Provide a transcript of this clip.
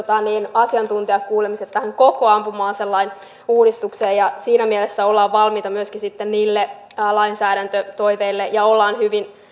asiantuntijakuulemiset tähän koko ampuma aselain uudistukseen liittyen ja siinä mielessä olemme valmiita myöskin sitten niille lainsäädäntötoiveille